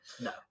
No